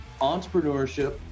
entrepreneurship